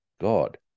God